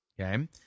Okay